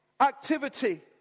activity